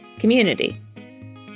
Community